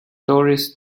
tourist